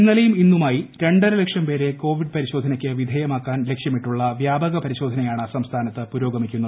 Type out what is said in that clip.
ഇന്നലെയും ഇന്നുമായി രണ്ടര ലക്ഷം പേരെ കോവിഡ് പരിശോധനയ്ക്കു വിധേയരാക്കാൻ ലക്ഷ്യമിട്ടുള്ള വ്യാപക പരിശോധനയാണ് സംസ്ഥാനത്ത് പുരോഗമിക്കുന്നത്